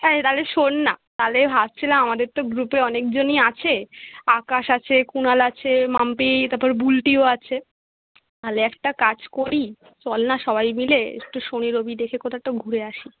এই তাহলে শোন না তালে ভাবছিলাম আমাদের তো গ্রুপে অনেকজনই আছে আকাশ আছে কুণাল আছে মাম্পি তাপর বুল্টিও আছে তালে একটা কাজ করি চল না সবাই মিলে একটু শনি রবি দেখে কোথাও একটা ঘুরে আসি